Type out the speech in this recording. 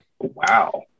Wow